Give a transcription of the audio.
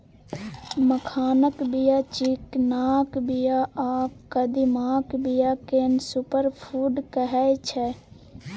मखानक बीया, चिकनाक बीया आ कदीमाक बीया केँ सुपर फुड कहै छै